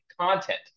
content